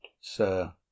sir